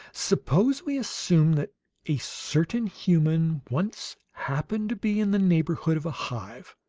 suppose we assume that a certain human once happened to be in the neighborhood of a hive,